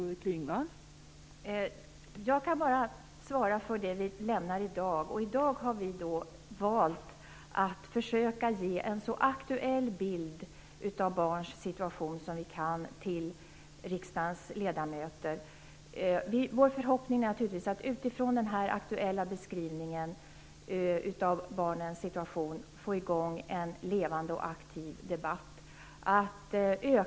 Fru talman! Jag kan bara svara för den rapport som vi lämnar i dag. I dag har vi valt att försöka att ge en så aktuell bild av barns situation som vi kan till riksdagens ledamöter. Vår förhoppning är naturligtvis att man utifrån denna aktuella beskrivning skall få i gång en levande och aktiv debatt.